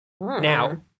Now